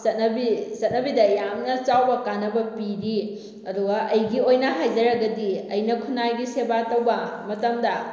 ꯆꯠꯅꯕꯤ ꯆꯠꯅꯕꯤꯗ ꯌꯥꯝꯅ ꯆꯥꯎꯕ ꯀꯥꯟꯅꯕ ꯄꯤꯔꯤ ꯑꯗꯨꯒ ꯑꯩꯒꯤ ꯑꯣꯏꯅ ꯍꯥꯏꯖꯔꯒꯗꯤ ꯑꯩꯅ ꯈꯨꯟꯅꯥꯏꯒꯤ ꯁꯦꯕꯥ ꯇꯧꯕ ꯃꯇꯝꯗ